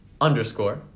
underscore